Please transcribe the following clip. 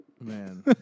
Man